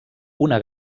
una